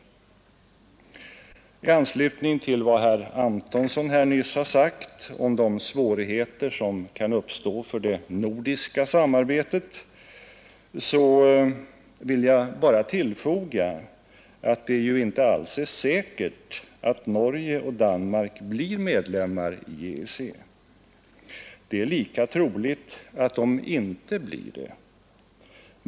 I anslutning till vad herr Antonsson här nyss har sagt om de svårigheter som kan uppstå för det nordiska samarbetet vill jag bara betona att det ju inte alls är säkert att Norge och Danmark blir medlemmar i EEC. Det är lika troligt att de inte blir det.